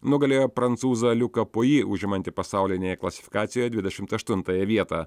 nugalėjo prancūzą liuką poy užimantį pasaulinėje klasifikacijoje dvidešimt aštuntąją vietą